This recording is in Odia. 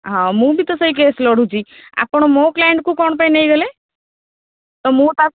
ହଁ ମୁଁ ବି ତ ସେଇ କେସ୍ ଲଢ଼ୁଛି ଆପଣ ମୋ କ୍ଲାଏଣ୍ଟକୁ କ'ଣ ପାଇଁ ନେଇଗଲେ ତ ମୁଁ ତା'